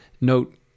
note